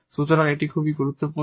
সুতরাং এটি এখন খুবই গুরুত্বপূর্ণ